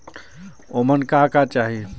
ओमन का का चाही?